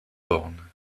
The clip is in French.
bornes